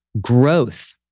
growth